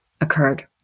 occurred